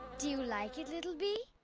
do you like it, little bee?